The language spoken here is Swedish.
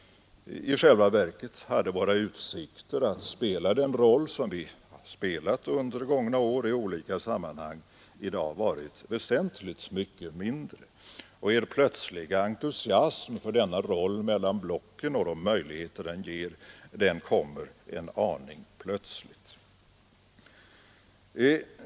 I själva verket hade då våra utsikter att spela den roll som vi spelat under många år i olika sammanhang i dag varit väsentligt mycket mindre. Er plötsliga entusiasm för denna roll mellan blocken och de möjligheter den ger kommer en aning överraskande.